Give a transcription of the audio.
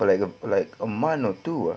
for like a like a month or two ah